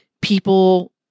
people